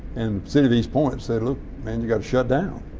and city of east point said, look, man, you got to shut down.